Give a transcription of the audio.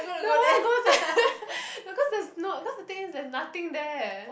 no one goes there no cause there's no cause the thing is there's nothing there